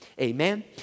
amen